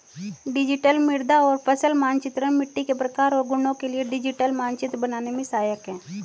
digital मृदा और फसल मानचित्रण मिट्टी के प्रकार और गुणों के लिए डिजिटल मानचित्र बनाने में सहायक है